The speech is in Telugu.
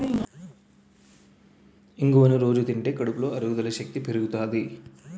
ఇంగువను రొజూ తింటే కడుపులో అరుగుదల శక్తి పెరుగుతాది